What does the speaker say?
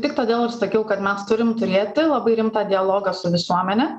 tik todėl ir sakiau kad mes turim turėti labai rimtą dialogą su visuomene